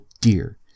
dear